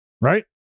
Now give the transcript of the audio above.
right